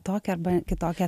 tokią arba kitokią